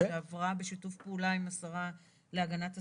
שעברה בשיתוף פעולה עם השרה להגנת הסביבה.